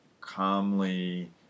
calmly